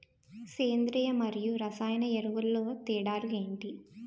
సేంద్రీయ మరియు రసాయన ఎరువుల తేడా లు ఏంటి?